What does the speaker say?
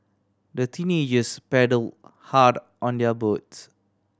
the teenagers paddle hard on their boats